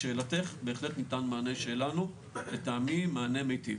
לשאלתך, בהחלט ניתן מענה שלנו, לטעמי, מענה מיטיב.